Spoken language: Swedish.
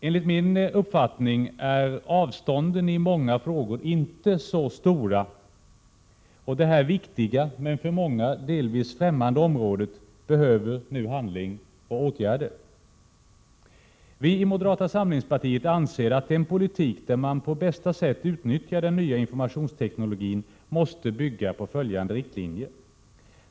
Enligt min uppfattning är avstånden i många frågor inte så stora, och det här viktiga men för många delvis främmande området behöver nu handling och åtgärder. Vi i moderata samlingspartiet anser att en politik där man på bästa sätt utnyttjar den nya informationsteknologin måste bygga på följande riktlinjer.